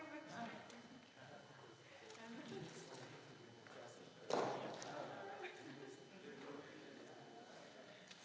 Hvala